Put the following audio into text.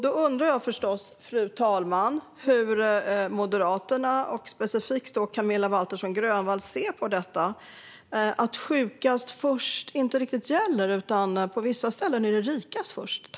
Då undrar jag förstås, fru talman: Hur ser Moderaterna och specifikt Camilla Waltersson Grönvall på att sjukast först inte riktigt gäller utan att det på vissa ställen är rikast först?